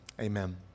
Amen